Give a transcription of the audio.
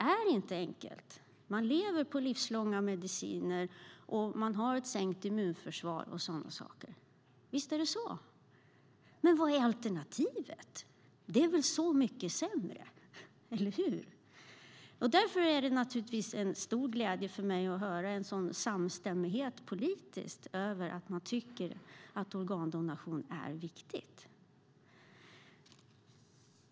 Man lever med en livslång medicinering, och man får ett sämre immunförsvar. Visst är det så. Men vad är alternativet? Det är väl så mycket sämre. Eller hur? Därför är det naturligtvis en stor glädje för mig att höra att det finns en sådan politisk samstämmighet om att organdonation är viktigt.